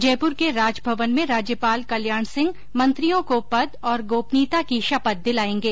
जयपुर के राजभवन में राज्यपाल कल्याण सिंह मंत्रियों को पद और गोपनीयता की शपथ दिलायेंगे